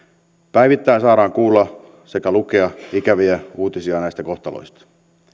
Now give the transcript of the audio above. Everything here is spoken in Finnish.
päivittäin saadaan kuulla sekä lukea ikäviä uutisia näistä kohtaloista